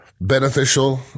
beneficial